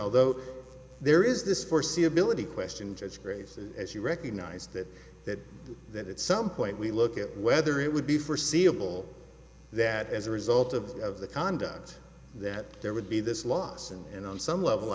although there is this foreseeability question just graces as you recognize that that that at some point we look at whether it would be forseeable that as a result of the conduct that there would be this loss and on some level